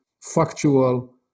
factual